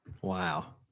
Wow